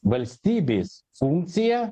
valstybės funkcija